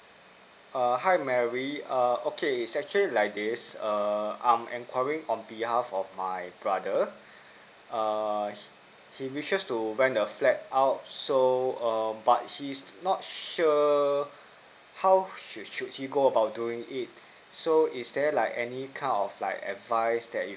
err hi mary err okay it's actually like this err I am calling on behalf of my brother err he wishes to rent a flat out so um but he's not sure how should should he go about doing it so is there like any kind of like advice that you